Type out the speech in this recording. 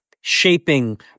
shaping